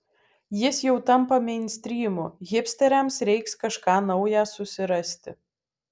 jis jau tampa meinstrymu hipsteriams reiks kažką naują susirasti